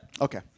okay